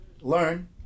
learn